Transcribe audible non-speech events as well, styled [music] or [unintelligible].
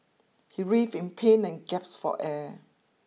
he writhed in pain and [unintelligible] for air